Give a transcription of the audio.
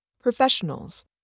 Professionals